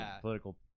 political